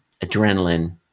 adrenaline